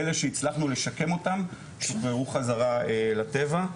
אלה שהצלחנו לשקם אותם שוחררו חזרה לטבע.